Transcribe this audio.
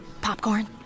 Popcorn